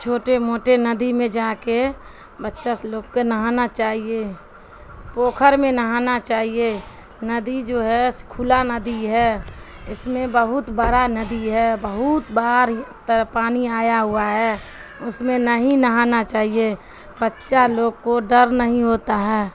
چھوٹے موٹے ندی میں جا کے بچہ لوگ کے نہانا چاہیے پوکھر میں نہانا چاہیے ندی جو ہے کھلا ندی ہے اس میں بہت بڑا ندی ہے بہت بار اس طرح پانی آیا ہوا ہے اس میں نہیں نہانا چاہیے بچہ لوگ کو ڈر نہیں ہوتا ہے